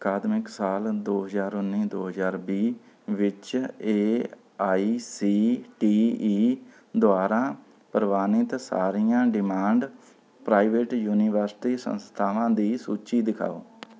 ਅਕਾਦਮਿਕ ਸਾਲ ਦੋ ਹਜ਼ਾਰ ਉੱਨ੍ਹੀ ਦੋ ਹਜ਼ਾਰ ਵੀਹ ਵਿੱਚ A I C T E ਦੁਆਰਾ ਪ੍ਰਵਾਨਿਤ ਸਾਰੀਆਂ ਡਿਮਾਂਡ ਪ੍ਰਾਈਵੇਟ ਯੂਨੀਵਰਸਿਟੀ ਸੰਸਥਾਵਾਂ ਦੀ ਸੂਚੀ ਦਿਖਾਓ